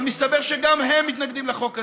אבל מסתבר שגם הם מתנגדים לחוק הזה.